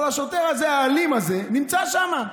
אבל השוטר הזה, האלים הזה, נמצא שם.